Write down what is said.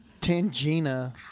Tangina